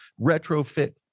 retrofit